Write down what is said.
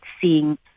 seeing